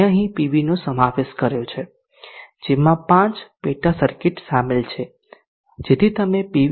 મેં અહીં પીવીનો સમાવેશ કર્યો છે જેમાં 5 પેટા સર્કિટ શામેલ છે જેથી તમે તે પી